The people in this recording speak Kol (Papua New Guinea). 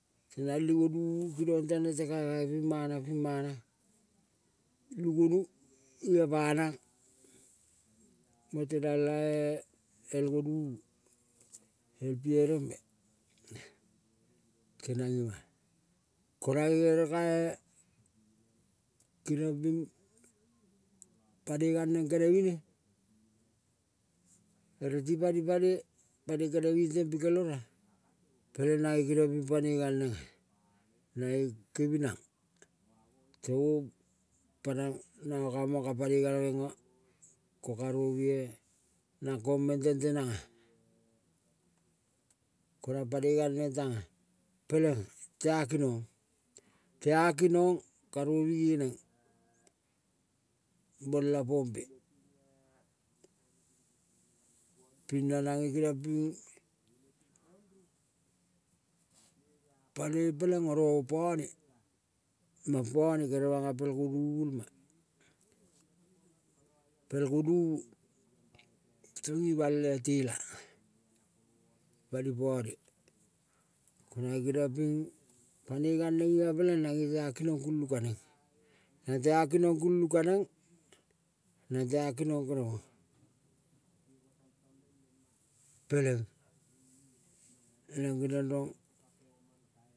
Pela ilu gonuvu kenong tane te kake ping mana ping mana pulu gonu ima panang nang temang lae el gonuvu el pierembe tenang ima-a. Ko nanga ere kae keriong ping panoi galneng kene mi ne ereti panipane ere kene ming teng pikel oeo peleng nae kiniong ping panoi galnenga nae kevinang tongo panang nanga kamang ka pangoi genga ko karovue nang kong meng tang tenanga. Konang panoi gal neng tanga, peleng tea kinong, tea kinong raruo nge neng bola pompe ping na nange keniong ping panoi peleng oro opane. Mapane kere manga bel gonuvulma, pel gonuvu song ima ele. Tela banipane, ko nae keniong ping panoi gal neng ima peleng nange tea kinong kulung ka neng. Nang tea kinong kulung kaneng nang tea kinong keremo, peleng neng geniong rong.